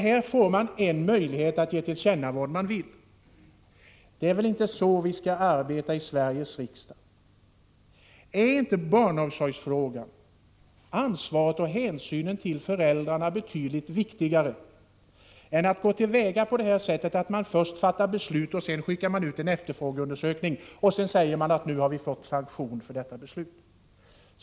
Här får man en möjlighet att ge till känna vad man vill. Det är väl inte så vi skall arbeta i Sveriges riksdag? Är inte barnomsorgsfrågan — ansvaret för och hänsynen till föräldrarna — betydligt viktigare än att man går till väga på detta sätt: först fattar beslut, sedan skickar ut en efterfrågeundersökning och därefter säger att man har fått sanktioner för beslutet.